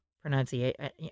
pronunciation